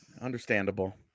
Understandable